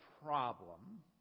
problem